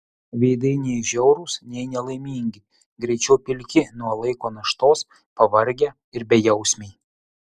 veidai nei žiaurūs nei nelaimingi greičiau pilki nuo laiko naštos pavargę ir bejausmiai